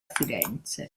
firenze